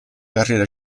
carriera